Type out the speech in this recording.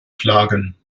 klagen